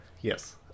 Yes